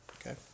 Okay